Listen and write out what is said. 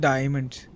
Diamonds